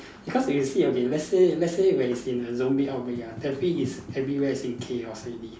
because you see okay let's say let's say when it's in a zombie outbreak ah definitely is everywhere is in chaos already